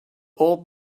old